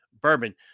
bourbon